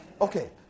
Okay